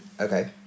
Okay